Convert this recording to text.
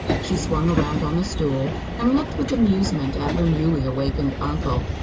she swung around on the stool and looked with amusement at her newly awakened uncle.